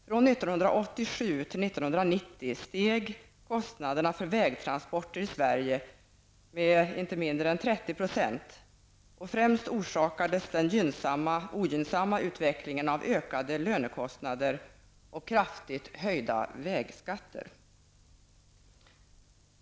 Från 1987 till 1990 steg kostnaderna för vägtransporter i Sverige med inte mindre än 30 %, och den ogynnsamma utvecklingen orsakades främst av ökade lönekostnader och kraftigt höjda vägskatter.